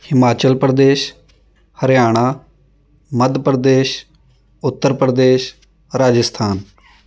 Himachal Pradesh Haryana Madhya Pradesh Uttar Pradesh Rajasthan